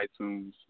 iTunes